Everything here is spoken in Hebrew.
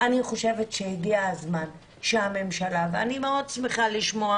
הגיע הזמן שהממשלה ואני שמחה מאוד לשמוע